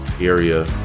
area